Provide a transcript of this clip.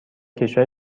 کشور